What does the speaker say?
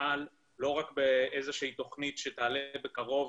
תפעל לא רק באיזושהי תכנית שתעלה בקרוב